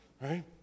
right